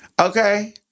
okay